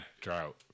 drought